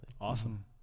awesome